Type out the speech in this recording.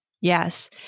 Yes